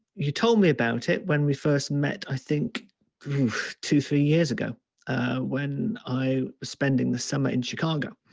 you told me about it when we first met, i think two, three years ago when i spending the summer in chicago,